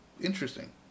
interesting